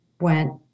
went